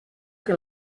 que